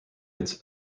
its